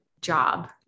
job